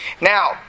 Now